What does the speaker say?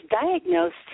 diagnosed